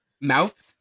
mouth